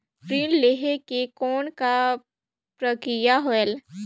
ऋण लहे के कौन का प्रक्रिया होयल?